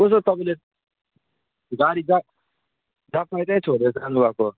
कस्तो तपाईँले गाडी जहाँ जहाँ पायो त्यै छोडेर जानु भएको